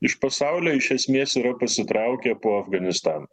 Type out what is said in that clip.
iš pasaulio iš esmės yra pasitraukė po afganistano